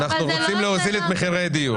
אנחנו רוצים להוזיל את מחירי הדיור.